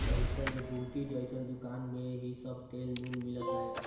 पहिले त एगो गुमटी जइसन दुकानी में ही सब तेल नून मिलत रहे